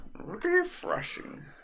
refreshing